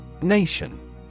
Nation